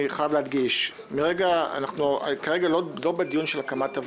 אני חייב להדגיש: אנחנו כרגע לא בדיון של הקמת הוועדה.